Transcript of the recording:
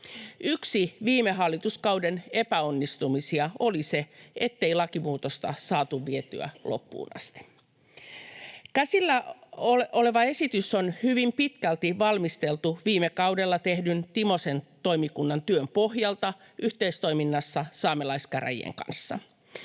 Yksi viime hallituskauden epäonnistumisia oli se, ettei lakimuutosta saatu vietyä loppuun asti. Käsillä oleva esitys on hyvin pitkälti valmisteltu viime kaudella tehdyn Timosen toimikunnan työn pohjalta yhteistoiminnassa saamelaiskäräjien kanssa.